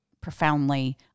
profoundly